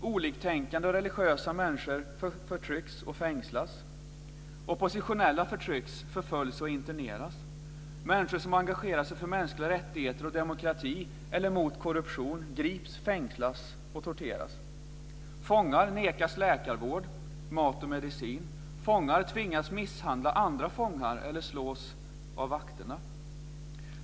Oliktänkande och religiösa människor förtrycks och fängslas. Oppositionella förtrycks, förföljs och interneras. Människor som engagerar sig för mänskliga rättigheter och demokrati eller mot korruption grips, fängslas och torteras. Fångar nekas läkarvård, mat och medicin. Fångar tvingas misshandla andra fångar, eller slås av vakterna.